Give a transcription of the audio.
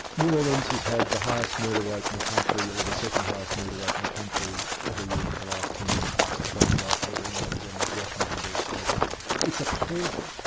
new orleans has had the highest murder rate in the country, or the second highest murder rate in the country every year for the last ten years. it's traded off every and again with washington, dc. it's appalling.